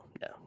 no